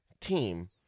team